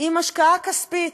עם השקעה כספית,